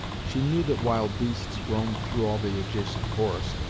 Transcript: she knew that wild beasts roamed through all the adjacent forest,